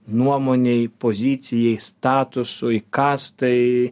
nuomonei pozicijai statusui kastai